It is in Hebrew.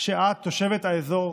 תושבת האזור,